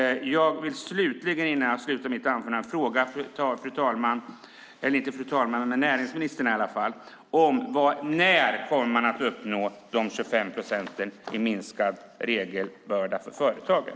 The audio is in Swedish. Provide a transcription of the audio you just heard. Jag vill slutligen fråga näringsministern: När kommer man att uppnå de 25 procenten i minskad regelbörda för företagen?